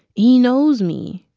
he knows me,